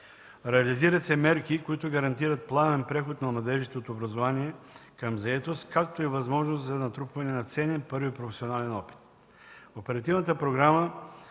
Реализират се мерки, които гарантират плавен преход на младежите от образование към заетост, както и възможност за натрупване на ценен първи професионален опит.